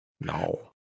No